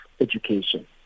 education